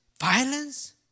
violence